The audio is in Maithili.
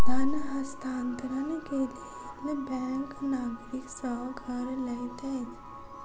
धन हस्तांतरण के लेल बैंक नागरिक सॅ कर लैत अछि